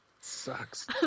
Sucks